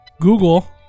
Google